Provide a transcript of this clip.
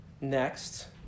next